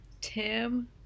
Tim